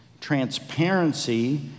transparency